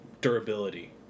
durability